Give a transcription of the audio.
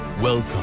Welcome